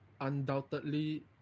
Undoubtedly